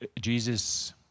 Jesus